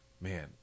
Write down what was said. man